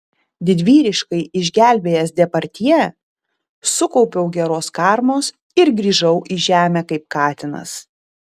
didvyriškai išgelbėjęs depardjė sukaupiau geros karmos ir grįžau į žemę kaip katinas